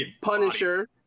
Punisher